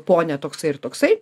pone toksai ir toksai